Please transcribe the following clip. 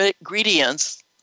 ingredients